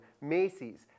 Macy's